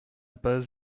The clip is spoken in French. pas